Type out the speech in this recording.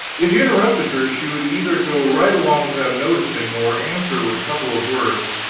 if you interrupted her she would either go right along without noticing, or answer with a couple of words,